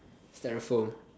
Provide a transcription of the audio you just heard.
styrofoam